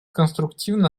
конструктивно